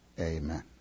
Amen